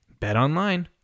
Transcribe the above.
BetOnline